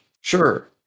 Sure